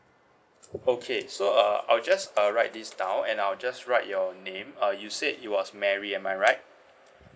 okay so uh I'll just uh write this down and I'll just write your name uh you said you was mary am I right